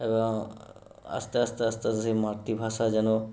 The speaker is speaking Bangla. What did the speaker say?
এবং আস্তে আস্তে আস্তে আস্তে সেই মাতৃভাষা যেন